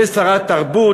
יש שרת תרבות,